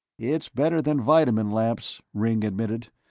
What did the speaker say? it's better than vitamin lamps, ringg admitted,